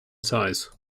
size